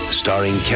starring